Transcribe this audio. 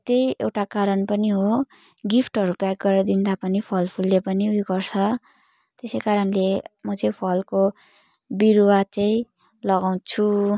त्यही एउटा कारण पनि हो गिफ्टहरू प्याक गरेर दिँदा पनि फलफुलले पनि ऊ यो गर्छ त्यसै कारणले म चाहिँ फलको बिरूवा चाहिँ लगाउँछु